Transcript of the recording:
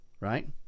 right